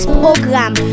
program